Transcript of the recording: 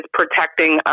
protecting